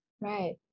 Right